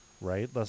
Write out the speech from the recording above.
right